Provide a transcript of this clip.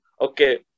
okay